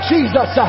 Jesus